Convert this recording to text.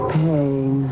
pain